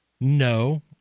no